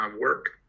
work